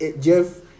Jeff